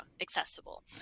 accessible